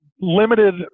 limited